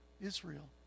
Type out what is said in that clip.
Israel